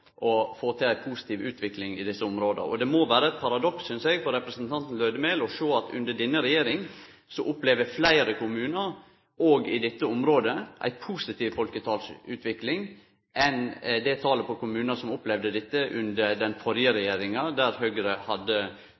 å få til ei positiv utvikling i desse områda. Det må vere eit paradoks, synest eg, for representanten Lødemel å sjå at under denne regjeringa opplever fleire kommunar, òg i dette området, ei positiv folketalsutvikling, samanlikna med det ein del kommunar opplevde under den førre regjeringa, der Høgre hadde